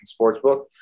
Sportsbook